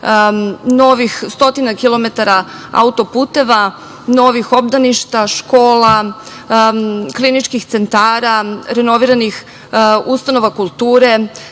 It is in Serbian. novih stotina kilometara autoputeva, novih obdaništa, škola, kliničkih centara, renoviranih ustanova kulture.